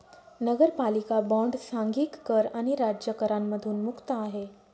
नगरपालिका बॉण्ड सांघिक कर आणि राज्य करांमधून मुक्त आहे